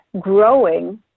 growing